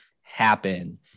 happen